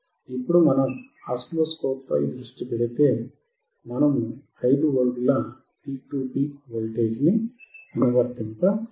ఇప్పుడు మనం ఆసిలోస్కోప్ పై దృష్టి పెడితే మనము 5V peak to peak voltage ని అనువర్తింప చేస్తున్నాము